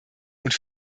und